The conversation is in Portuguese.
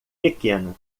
pequena